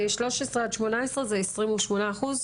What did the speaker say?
ו-13-18 זה 28 אחוז?